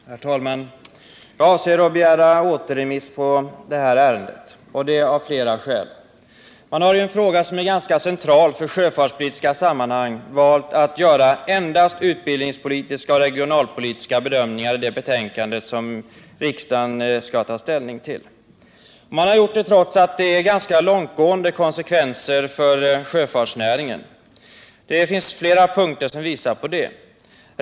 Herr talman! Jag avser att begära återremiss av det här ärendet av flera skäl. Man har i en fråga som är ganska central för sjöfartspolitiska sammanhang valt att göra endast utbildningspolitiska och regionalpolitiska bedömningar i det betänkande som riksdagen skall ta ställning till. Man har gjort det trots att det får ganska långtgående konsekvenser för sjöfartsnäringen. Det finns flera punkter som visar det.